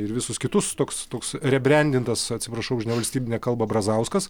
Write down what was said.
ir visus kitus toks toks rebrendintas atsiprašau už nevalstybinę kalbą brazauskas